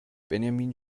benjamin